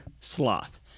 sloth